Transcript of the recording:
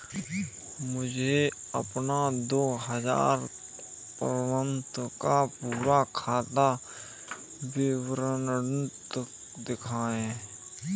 मुझे अपना दो हजार पन्द्रह का पूरा खाता विवरण दिखाएँ?